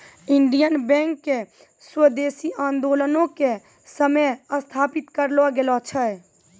Indian Bank के स्वदेशी आन्दोलनो के समय स्थापित करलो गेलो छै